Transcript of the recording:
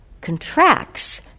contracts